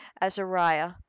Azariah